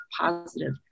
positive